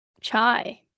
chai